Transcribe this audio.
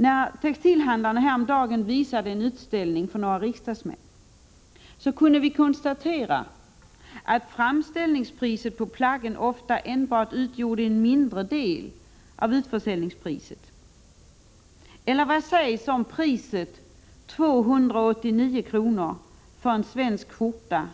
När textilhandlarna häromdagen visade en utställning för några riksdagsmän, kunde vi konstatera att framställningspriset på plaggen ofta enbart utgjorde en mindre del av utförsäljningspriset. Eller vad sägs om priset 289 kr. för en svensk skjorta